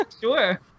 Sure